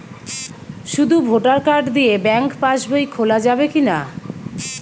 শুধু voter card দিয়ে bank pass বই খোলা যাবে কিনা?